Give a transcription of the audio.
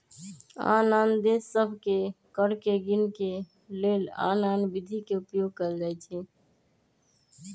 आन आन देश सभ में कर के गीनेके के लेल आन आन विधि के उपयोग कएल जाइ छइ